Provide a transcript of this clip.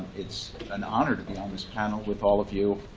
it's an honor to be on this panel with all of you,